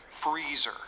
freezer